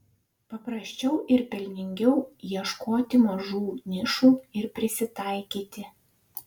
paprasčiau ir pelningiau ieškoti mažų nišų ir prisitaikyti